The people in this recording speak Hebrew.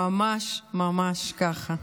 ממש ממש ככה.